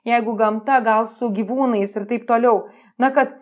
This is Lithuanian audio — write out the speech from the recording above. jeigu gamta gal su gyvūnais ir taip toliau na kad